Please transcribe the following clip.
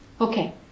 Okay